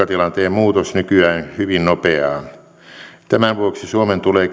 muutos nykyään hyvin nopeaa tämän vuoksi suomen tulee